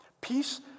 peace